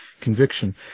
conviction